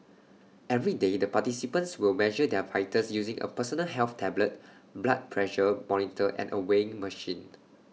every day the participants will measure their vitals using A personal health tablet blood pressure monitor and A weighing machine